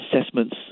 assessments